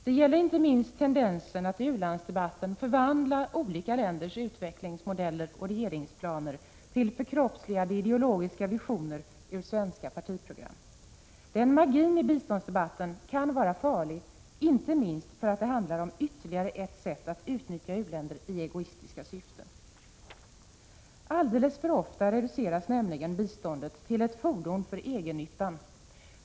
Det gäller inte minst tendensen att i u-landsdebatten förvandla olika länders utvecklingsmodeller och regeringsplaner till förkroppsligade ideologiska visioner ur svenska partiprogram. Den magin i biståndsdebatten kan vara farlig, inte minst för att det handlar om ytterligare ett sätt att utnyttja u-länder i egoistiska syften. Alldeles för ofta reduceras biståndet till ett fordon för egennyttan.